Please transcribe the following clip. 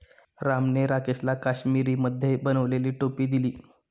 रामने राकेशला काश्मिरीमध्ये बनवलेली टोपी दिली